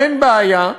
אין בעיה,